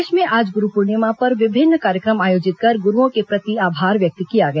प्रदेश में आज गुरू पूर्णिमा पर विभिन्न कार्यक्रम आयोजित कर गुरूओं के प्रति आभार व्यक्त किया गया